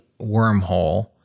wormhole